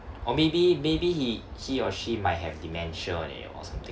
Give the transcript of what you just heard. or maybe maybe he he or she might have dementia or eh or something